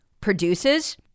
produces